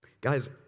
Guys